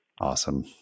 awesome